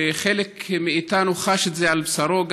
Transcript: וחלק מאיתנו חש את זה גם על בשרו,